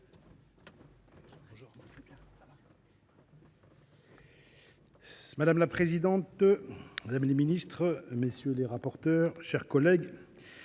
Madame la présidente, mesdames les ministres, messieurs les rapporteurs, mes chers collègues,